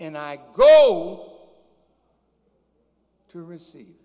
and i go to receive